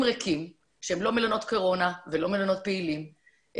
ריקים שהם לא מלונות קורונה ולא מלונות פעילים,